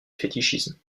fétichisme